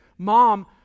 Mom